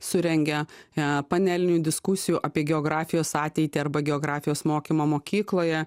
surengia e panelinių diskusijų apie geografijos ateitį arba geografijos mokymą mokykloje